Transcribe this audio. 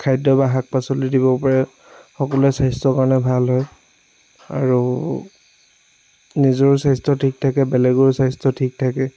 খাদ্য বা শাক পাচলি দিব পাৰে সকলোৰে স্বাস্থ্যৰ কাৰণে ভাল হয় আৰু নিজৰো স্বাস্থ্য ঠিক থাকে বেলেগৰো স্বাস্থ্য ঠিক থাকে